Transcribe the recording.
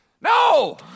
No